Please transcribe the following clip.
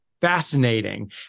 fascinating